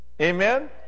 Amen